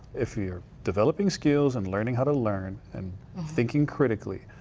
if you're developing skill, and learning how to learn, and thinking critically,